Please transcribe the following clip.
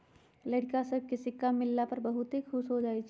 लइरका सभके सिक्का मिलला पर बहुते खुश हो जाइ छइ